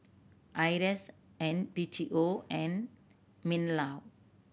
IRAS and B T O and MinLaw